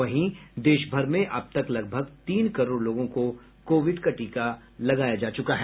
वहीं देश भर में अब तक लगभग तीन करोड़ लोगों को कोविड का टीका लगाया जा चुका है